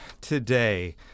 today